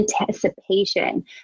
anticipation